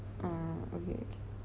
ah okay